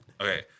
Okay